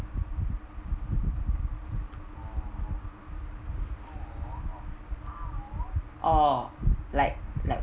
or like like